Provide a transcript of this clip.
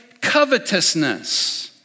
covetousness